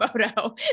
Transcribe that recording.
photo